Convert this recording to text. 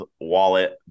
wallet